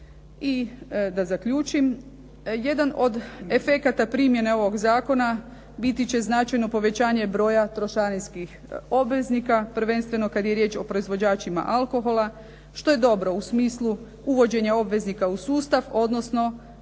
I da zaključim. Jedan od efekata primjene ovog zakona biti će značajno povećanje broja trošarinskih obveznika, prvenstveno kad je riječ o proizvođačima alkohola, što je dobro u smislu uvođenja obveznika u sustav, odnosno